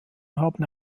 haben